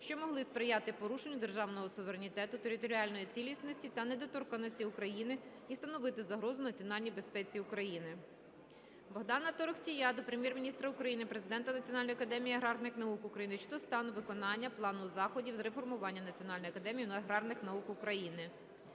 що могли сприяти порушенню державного суверенітету, територіальної цілісності та недоторканності України і становити загрозу національній безпеці України. Богдана Торохтія до Прем'єр-міністра України, Президента Національної академії аграрних наук України щодо стану виконання плану заходів з реформування Національної академії аграрних наук України.